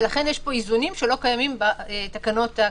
ולכן יש פה איזונים שלא קיימים בתקנות הכלליות.